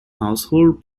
household